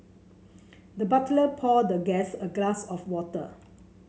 the butler poured the guest a glass of water